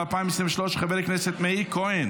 של חבר הכנסת מאיר כהן